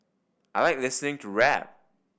I like listening to rap